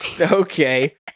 Okay